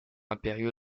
impériaux